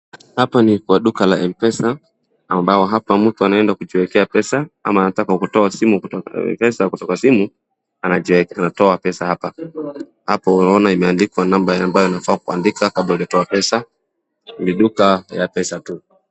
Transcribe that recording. Hapa ni kwa duka la mpesa ambao hapa mtu anaenda kujiekea pesa kwa mpesa au anataka kutoa pesa kwa simu anatoa pesa hapa ,hapo unaona imeandikwa namba ambayo unafaa kuandika kabla ya kutoa pesa ni dukaa ya pesa tu.